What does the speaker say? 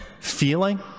feeling